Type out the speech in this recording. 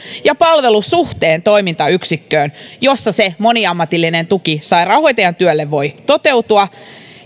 ja palvelusuhteen toimintayksikköön jossa moniammatillinen tuki sairaanhoitajan työlle voi toteutua